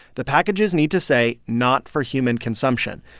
the packages need to say, not for human consumption.